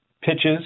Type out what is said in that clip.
pitches